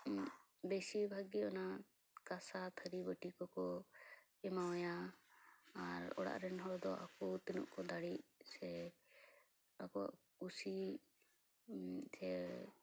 ᱵᱮᱥᱤᱨᱵᱷᱟᱜᱽ ᱜᱮ ᱚᱱᱟ ᱠᱟᱥᱟ ᱛᱷᱟᱹᱨᱤ ᱵᱟᱹᱴᱤ ᱠᱚᱠᱚ ᱮᱢᱟᱣ ᱟᱭᱟ ᱟᱨ ᱚᱲᱟᱜ ᱨᱮᱱ ᱦᱚᱲ ᱫᱚ ᱟᱠᱚ ᱛᱤᱱᱟᱹᱜ ᱠᱚ ᱫᱟᱲᱮᱭᱟ ᱥᱮ ᱟᱠᱚ ᱠᱩᱥᱤ